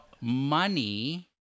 Money